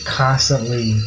constantly